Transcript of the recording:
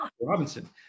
Robinson